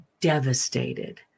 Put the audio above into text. devastated